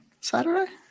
Saturday